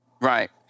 Right